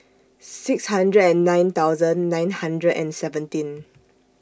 six hundred and nine thousand nine hundred and seventeen